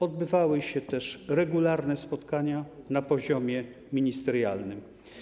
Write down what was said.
Odbywały się też regularne spotkania na poziomie ministerialnym.